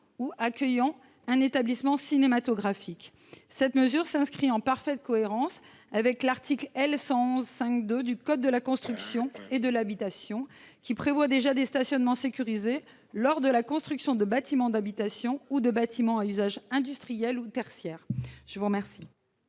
ou accueillant un établissement cinématographique. Une telle mesure s'inscrit en parfaite cohérence avec l'article L. 111-5-2 du code de la construction et de l'habitation, qui prévoit l'aménagement de stationnements sécurisés lors de la construction de bâtiments d'habitation ou de bâtiments à usage industriel ou tertiaire. La parole